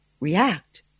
react